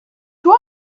toi